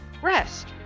rest